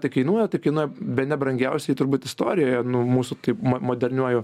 tai kainuoja tai kainuoja bene brangiausiai turbūt istorijoje nu mūsų taip ma moderniuoju